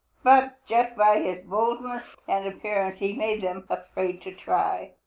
but just by his boldness and appearance he made them afraid to try.